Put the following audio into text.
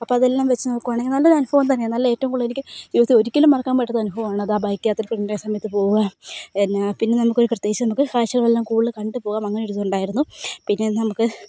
അപ്പോൾ അതെല്ലാം വച്ചു നോക്കുകയാണെങ്കിൽ നല്ല ഒരു അനുഭവം തന്നെയാണ് നല്ല ഏറ്റവും കൂടുതൽ എനിക്ക് ഇത് ഒരിക്കലും മറക്കാൻ പറ്റാത്ത അനുഭവമാണ് അത് ആ ബൈക്ക് യാത്ര സമയത്ത് പോവുക പിന്നെ പിന്നെ നമുക്കൊരു പ്രത്യേകിച്ച് നമുക്ക് കാഴ്ച്ചകളെല്ലാം കൂടുതൽ കണ്ട് പോവാം അങ്ങനെ ഇതുണ്ടായിരുന്നു പിന്നെ നമുക്ക്